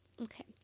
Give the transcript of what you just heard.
okay